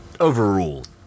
Overruled